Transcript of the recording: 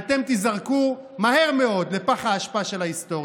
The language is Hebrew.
אתם תיזרקו מהר מאוד לפח האשפה של ההיסטוריה.